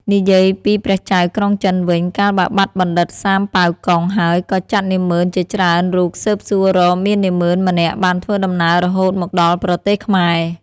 និយាយពីព្រះចៅក្រុងចិនវិញ កាលបើបាត់បណ្ឌិតសាមប៉ាវកុងហើយក៏ចាត់នាហ្មឺនជាច្រើនរូបស៊ើបសួររកមាននាហ្មឺនម្នាក់បានធ្វើដំណើររហូតមកដល់ប្រទេសខ្មែរ